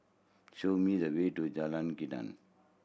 show me the way to Jalan Gendang